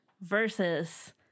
versus